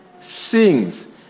sings